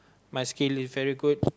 my skill is very good